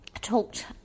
talked